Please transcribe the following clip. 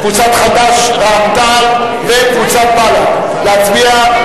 קבוצת חד"ש, קבוצת רע"ם-תע"ל וקבוצת בל"ד, להצביע.